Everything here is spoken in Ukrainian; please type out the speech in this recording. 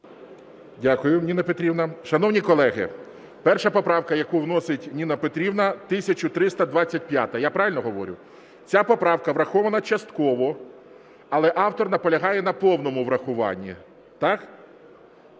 Дякую, Ніна Петрівна. Шановні колеги, перша поправка, яку вносить Ніна Петрівна, – 1325-а. Я правильно говорю? Ця поправка врахована частково, але автор наполягає на повному врахуванні, так?